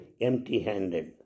empty-handed